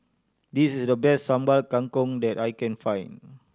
this is the best Sambal Kangkong that I can find